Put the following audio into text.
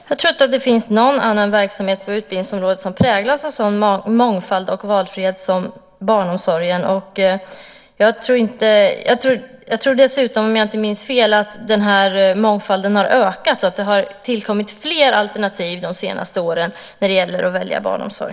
Herr talman! Jag tror inte att det finns någon annan verksamhet på utbildningsområdet som präglas av sådan mångfald och valfrihet som barnomsorgen. Jag tror dessutom, om jag inte minns fel, att mångfalden har ökat. Det har tillkommit fler alternativ de senaste åren när det gäller att kunna välja barnomsorg.